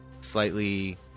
slightly